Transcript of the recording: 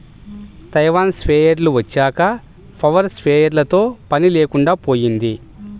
Taiwan స్ప్రేయర్లు వచ్చాక power స్ప్రేయర్లతో పని లేకుండా పోయింది